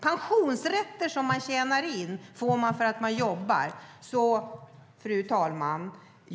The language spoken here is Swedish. Pensionsrätter som tjänas in får man för att man jobbar. Fru talman!